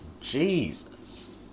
Jesus